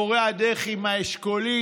מורי הדרך עם האשכול,